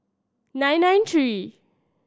nine nine three